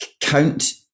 count